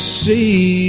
see